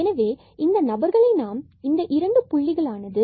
எனவே இந்த நபர்கள் இந்த இரண்டு புள்ளிகள் 10